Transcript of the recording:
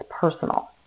personal